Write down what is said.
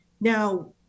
Now